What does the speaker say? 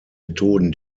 methoden